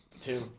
Two